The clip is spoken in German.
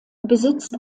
besitzt